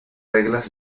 reglas